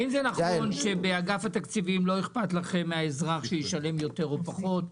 האם זה נכון שבאגף תקציבים לא אכפת לכם אם האזרח ישלם יותר או פחות,